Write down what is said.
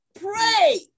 Pray